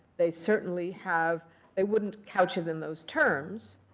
they certainly have they wouldn't couch it in those terms.